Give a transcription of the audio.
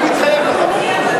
אדוני, אני אתחייב לך.